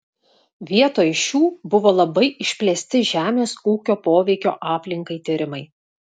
vietoj šių buvo labai išplėsti žemės ūkio poveikio aplinkai tyrimai